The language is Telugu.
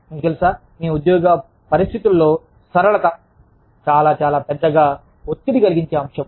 మీకు తెలుసా మీ ఉద్యోగ పరిస్థితులలో సరళత చాలా చాలా పెద్దగా పెద్దగా ఒత్తిడి కలిగించే అంశం